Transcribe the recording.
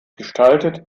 gestaltet